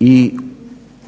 i